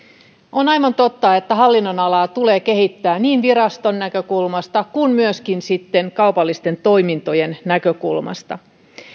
on aivan totta että hallinnonalaa tulee kehittää niin viraston näkökulmasta kuin myöskin sitten kaupallisten toimintojen näkökulmasta